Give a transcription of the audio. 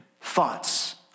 Thoughts